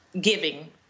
giving